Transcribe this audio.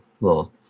Little